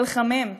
נלחמים,